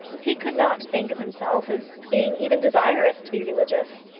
he could not think of himself as being even desirous to be religious.